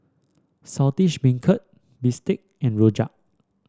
Saltish Beancurd bistake and rojak